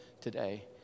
today